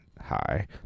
hi